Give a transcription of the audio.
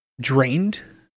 drained